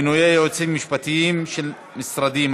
מינוי יועצים משפטיים של משרדים),